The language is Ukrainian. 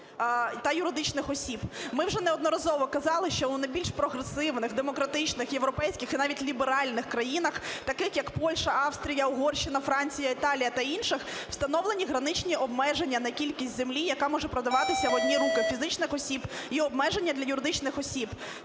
та юридичних осіб. Ми вже неодноразово казали, що у найбільш прогресивних європейських і навіть ліберальних країнах, таких як Польща, Австрія, Угорщина, Франція, Італія та інших, встановлені граничні обмеження на кількість землі, яка може продаватися в одні руки фізичних осіб і обмеження для юридичних осіб.